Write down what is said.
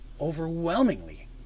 overwhelmingly